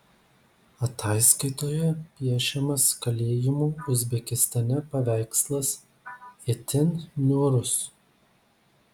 ataskaitoje piešiamas kalėjimų uzbekistane paveikslas itin niūrus